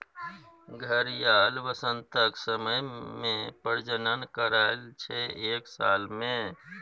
घड़ियाल बसंतक समय मे प्रजनन करय छै एक साल मे